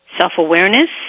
self-awareness